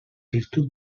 virtut